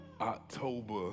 October